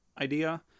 idea